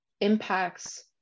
impacts